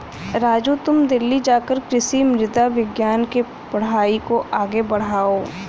राजू तुम दिल्ली जाकर कृषि मृदा विज्ञान के पढ़ाई को आगे बढ़ाओ